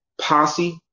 Posse